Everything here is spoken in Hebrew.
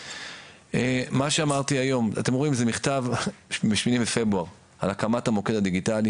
זה מכתב מ-8 בפברואר על הקמת המוקד הדיגיטלי.